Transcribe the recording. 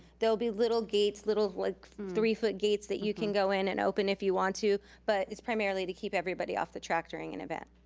there'll be little gates, little like three-foot gates that you can go in and open if you want to, but it's primarily to keep everybody off the track during an event.